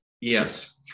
Yes